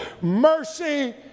mercy